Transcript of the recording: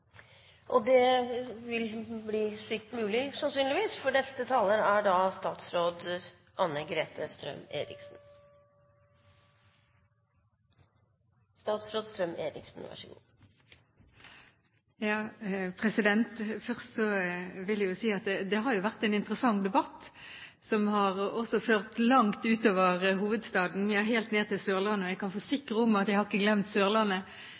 Og det vil sannsynligvis bli mulig, for neste taler er statsråd Anne-Grete Strøm-Erichsen. Først vil jeg jo si at det har vært en interessant debatt som også har ført langt utover hovedstaden, ja helt ned til Sørlandet, og jeg kan forsikre om at jeg ikke har glemt Sørlandet.